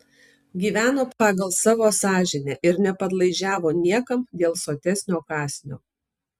gyveno pagal savo sąžinę ir nepadlaižiavo niekam dėl sotesnio kąsnio